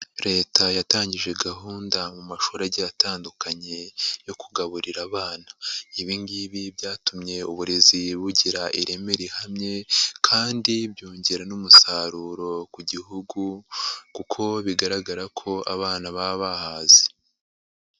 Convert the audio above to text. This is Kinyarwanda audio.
Leta yatangije gahunda mu mashuri agiye atandukanye yo kugaburira abana, ibingibi byatumye uburezi bugira ireme rihamye kandi byongera n'umusaruro ku gihugu kuko bigaragara ko abana baba bahaze.